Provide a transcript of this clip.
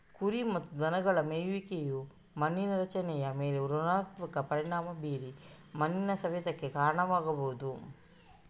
ಕುರಿ ಮತ್ತು ದನಗಳ ಮೇಯುವಿಕೆಯು ಮಣ್ಣಿನ ರಚನೆಯ ಮೇಲೆ ಋಣಾತ್ಮಕ ಪರಿಣಾಮ ಬೀರಿ ಮಣ್ಣಿನ ಸವೆತಕ್ಕೆ ಕಾರಣವಾಗ್ಬಹುದು